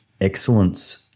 excellence